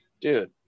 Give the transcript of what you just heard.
dude